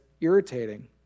irritating